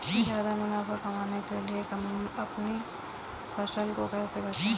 ज्यादा मुनाफा कमाने के लिए अपनी फसल को कैसे बेचें?